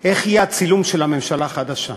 איך יהיה הצילום של הממשלה החדשה.